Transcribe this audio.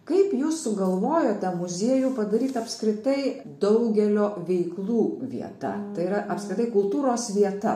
kaip jūs sugalvojote muziejų padaryt apskritai daugelio veiklų vieta tai yra apskritai kultūros vieta